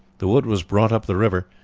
the wood was brought up the river,